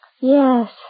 Yes